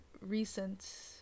recent